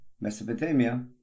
Mesopotamia